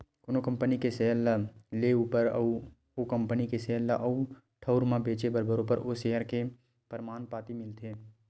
कोनो कंपनी के सेयर ल लेए ऊपर म अउ ओ कंपनी के सेयर ल आन ठउर म बेंचे म बरोबर ओ सेयर के परमान पाती मिलथे